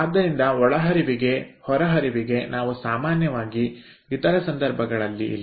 ಆದ್ದರಿಂದ ಒಳಹರಿವಿಗೆ ಹೊರ ಹರಿವಿಗೆ ನಾವು ಸಾಮಾನ್ಯವಾಗಿ ಇತರ ಸಂದರ್ಭಗಳಲ್ಲಿ ಇಲ್ಲ